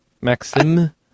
Maxim